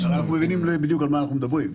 אנחנו מבינים בדיוק על מה אנחנו מדברים.